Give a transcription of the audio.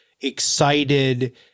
excited